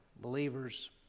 believers